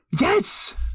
Yes